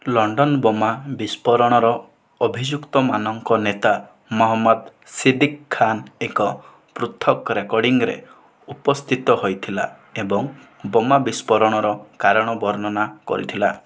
London ବୋମା ବିସ୍ଫୋରଣର ଅଭିଯୁକ୍ତମାନଙ୍କ ନେତା ମହମ୍ମଦ ସିଦିକ୍ ଖାନ୍ ଏକ ପୃଥକ୍ ରେକର୍ଡ଼ିଂରେ ଉପସ୍ଥିତ ହୋଇଥିଲା ଏବଂ ବୋମା ବିସ୍ଫୋରଣର କାରଣ ବର୍ଣ୍ଣନା କରିଥିଲା